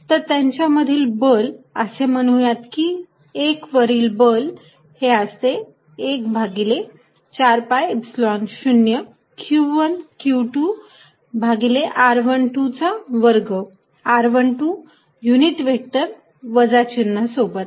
तर त्यांच्यामधील बल असे म्हणूयात की 1 वरील बल हे असते एक भागिले 4 पाय इप्सिलॉन 0 q1 q2 भागिले r12 चा वर्ग r12 युनिट व्हेक्टर वजा चिन्ह सोबत